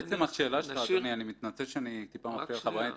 אני מתנצל שאני טיפה מפריע לך באמצע,